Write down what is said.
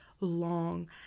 long